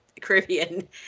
Caribbean